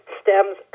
stems